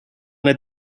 let